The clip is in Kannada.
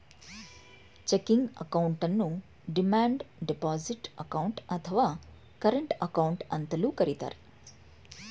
ಚೆಕಿಂಗ್ ಅಕೌಂಟನ್ನು ಡಿಮ್ಯಾಂಡ್ ಡೆಪೋಸಿಟ್ ಅಕೌಂಟ್, ಅಥವಾ ಕರೆಂಟ್ ಅಕೌಂಟ್ ಅಂತಲೂ ಕರಿತರೆ